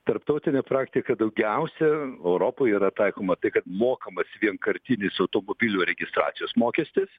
tarptautinė praktika daugiausia europoj yra taikoma tai kad mokamas vienkartinis automobilių registracijos mokestis